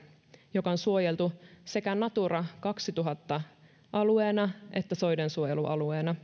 joka on suojeltu sekä natura kaksituhatta alueena että soidensuojelualueena